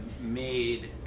made